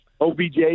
OBJ